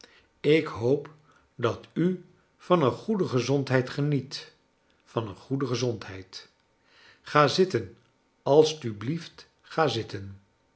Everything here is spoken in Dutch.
ik hoop dat u van een goede gezondheid geniet van een goede gezondheid ga zitten alstublief t ga zitten